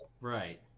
right